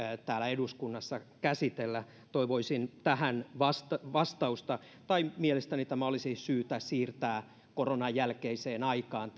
täällä eduskunnassa käsitellä toivoisin tähän vastausta vastausta tai mielestäni tämän käsittely olisi syytä siirtää koronan jälkeiseen aikaan